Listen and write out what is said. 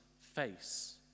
face